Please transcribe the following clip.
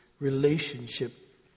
relationship